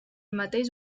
mateix